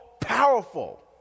powerful